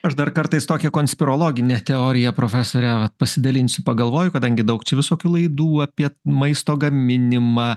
aš dar kartais tokia konspirologine teorija profesore vat pasidalinsiu pagalvoju kadangi daug čia visokių laidų apie maisto gaminimą